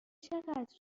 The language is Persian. چقدر